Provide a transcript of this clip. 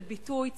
של ביטוי ציבורי,